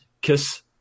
Kiss